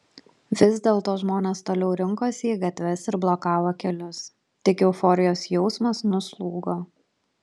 vis dėlto žmonės toliau rinkosi į gatves ir blokavo kelius tik euforijos jausmas nuslūgo